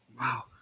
Wow